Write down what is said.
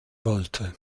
wollte